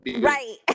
right